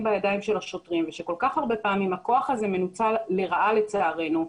בידי השוטרים ושכל כך הרבה פעמים הכוח הזה מנוצל לרעה לצערנו,